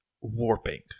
Warping